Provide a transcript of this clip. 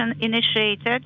initiated